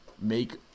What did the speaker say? make